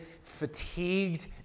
fatigued